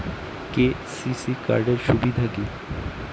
KCC card এর সুবিধা কি?